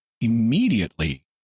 immediately